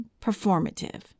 performative